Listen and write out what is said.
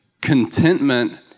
contentment